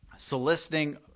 soliciting